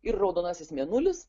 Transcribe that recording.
ir raudonasis mėnulis